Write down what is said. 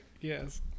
Yes